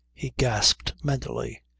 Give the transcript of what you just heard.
he gasped mentally.